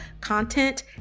content